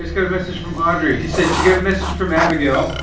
just got a message from audrey. she said she got a message from abigail.